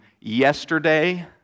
yesterday